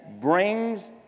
brings